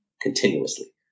continuously